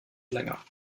länger